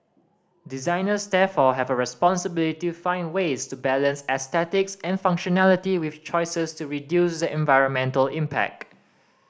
designers therefore have a responsibility find ways to balance aesthetics and functionality with choices to reduce the environmental impact